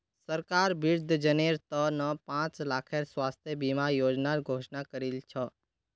सरकार वृद्धजनेर त न पांच लाखेर स्वास्थ बीमा योजनार घोषणा करील छ